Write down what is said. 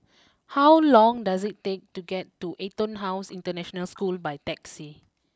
how long does it take to get to EtonHouse International School by taxi